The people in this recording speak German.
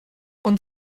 und